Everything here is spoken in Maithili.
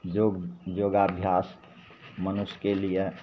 योग योगाभ्यास मनुष्यके लिये